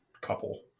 couple